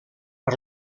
per